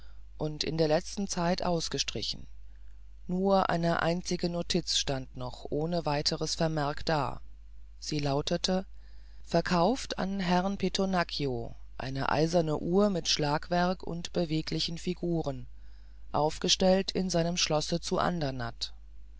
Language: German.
und in der letzten zeit ausgestrichen nur eine einzige notiz stand noch ohne weiteres vermerk da sie lautete verkauft an herrn pittonaccio eine eiserne uhr mit schlagwerk und beweglichen figuren aufgestellt in seinem schlosse zu andernatt es